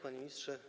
Panie Ministrze!